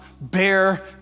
bear